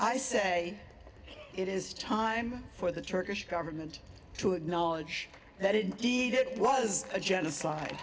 i say it is time for the turkish government to acknowledge that it indeed it was a genocide